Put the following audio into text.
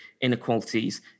inequalities